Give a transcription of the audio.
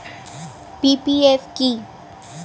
PPF কি?